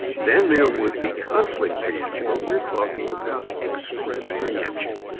then there would be conflict preemption. but we are talking about express preemption,